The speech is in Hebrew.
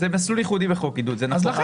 זה מסלול ייחודי בחוק עידוד, זה נכון.